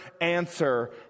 answer